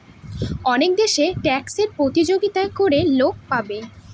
অনেক দেশে ট্যাক্সে প্রতিযোগিতা করে লোক পাবে